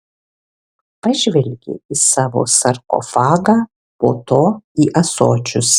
pažvelgė į savo sarkofagą po to į ąsočius